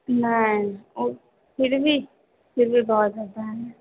नहीं फ़िर भी फ़िर भी बहुत ज़्यादा है